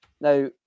now